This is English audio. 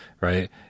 right